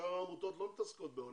שאר העמותות לא מתעסקות בעולים,